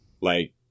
like-